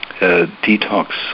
detox